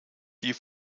die